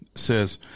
says